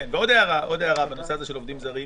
ועוד הערה בנושא הזה של עובדים זרים,